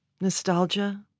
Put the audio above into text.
Nostalgia